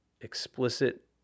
explicit